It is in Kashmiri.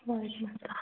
وعلیکُم سلام